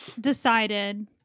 decided